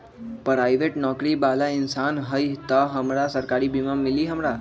Private नौकरी बाला इंसान हई त हमरा सरकारी बीमा मिली हमरा?